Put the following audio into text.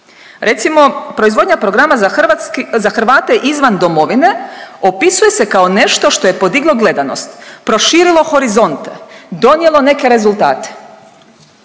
Recimo proizvodnja programa za Hrvate izvan domovine opisuje se kao nešto što je podiglo gledanost, proširilo horizonte, donijelo neke rezultate,